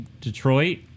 Detroit